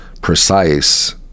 precise